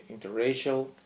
Interracial